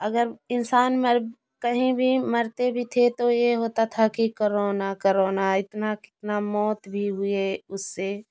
अगर इंसान मर कहीं भी मरते भी थे तो ये होता था कि करोना करोना इतना कितना मौत भी हुए उससे